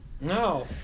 No